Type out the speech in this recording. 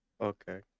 Okay